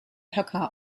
höcker